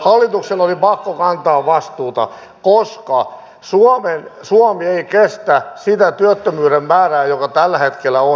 hallituksen oli pakko kantaa vastuuta koska suomi ei kestä sitä työttömyyden määrää joka tällä hetkellä on